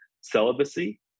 celibacy